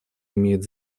имеет